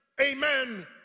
Amen